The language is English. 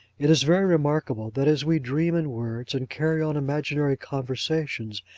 it is very remarkable, that as we dream in words, and carry on imaginary conversations,